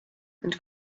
and